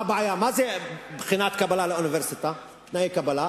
מה זה בחינת קבלה לאוניברסיטה, תנאי קבלה?